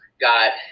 got